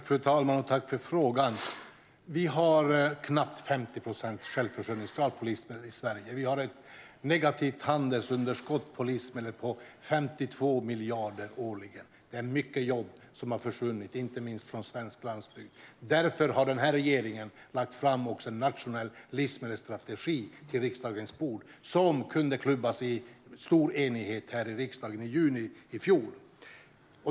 Fru talman! Jag tackar för frågan! Vi har en knappt 50-procentig självförsörjningsgrad när det gäller livsmedel i Sverige. Vi har ett negativt handelsunderskott för livsmedel på 52 miljarder årligen. Det är många jobb som har försvunnit, inte minst från svensk landsbygd. Därför har regeringen lagt en nationell livsmedelsstrategi på riksdagens bord, och den klubbades i stor enighet här i riksdagen i fjol.